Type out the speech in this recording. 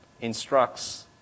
instructs